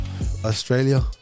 Australia